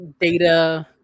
data